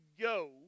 go